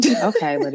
okay